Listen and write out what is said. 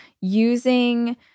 Using